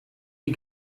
die